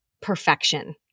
perfection